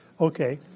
Okay